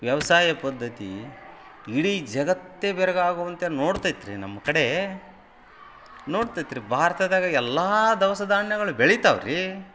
ವ್ಯವಸಾಯ ಪದ್ಧತಿ ಇಡೀ ಜಗತ್ತೇ ಬೆರಗಾಗುವಂತೆ ನೋಡ್ತೈತೆ ರೀ ನಮ್ಮ ಕಡೆ ನೋಡ್ತೈತೆ ರೀ ಭಾರತದಾಗೆ ಎಲ್ಲ ದವಸ ದಾನ್ಯಗಳು ಬೆಳಿತಾವೆ ರೀ